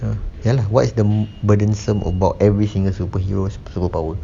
ah ya lah what's the burdensome about every single superheroes' superpower